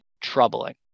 troubling